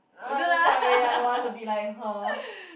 uh sorry I don't want to be like her